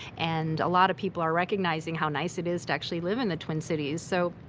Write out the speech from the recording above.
and a lot of people are recognizing how nice it is to actually live in the twin cities. so,